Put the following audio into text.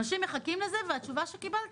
אנשים מחכים לזה והתשובה שקיבלתי: